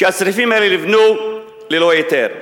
שהצריפים האלה נבנו ללא היתר.